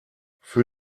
für